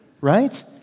right